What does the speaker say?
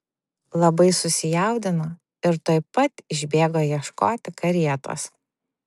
labai susijaudino ir tuoj pat išbėgo ieškoti karietos